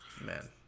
man